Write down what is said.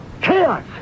Chaos